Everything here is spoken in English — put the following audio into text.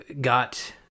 got